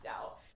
out